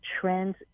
trends